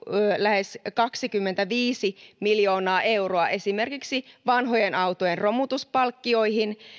lähes kaksikymmentäviisi miljoonaa euroa esimerkiksi vanhojen autojen romutuspalkkioihin